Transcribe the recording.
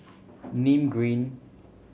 Nim Green